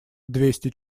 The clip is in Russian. двести